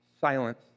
silence